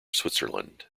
switzerland